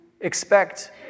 expect